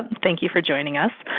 thank you for joining us,